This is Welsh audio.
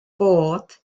bod